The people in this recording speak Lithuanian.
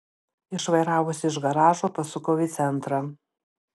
išvairavusi iš garažo pasukau į centrą